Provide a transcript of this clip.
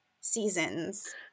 seasons